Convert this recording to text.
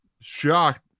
shocked